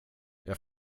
jag